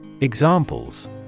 Examples